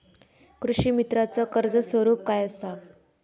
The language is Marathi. कृषीमित्राच कर्ज स्वरूप काय असा?